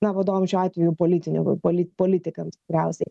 na vadovam šiuo atveju politine polit politikams tikriausiai